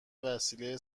وسیله